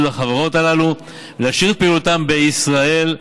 החברות הללו להשאיר את פעילותן בישראל,